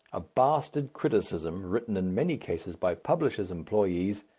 a bastard criticism, written in many cases by publishers' employees,